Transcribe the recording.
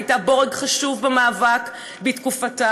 שהייתה בורג חשוב במאבק בתקופתה,